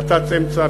נת"צ אמצע,